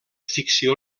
ficció